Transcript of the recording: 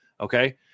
Okay